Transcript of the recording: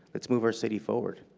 let's move our city forward.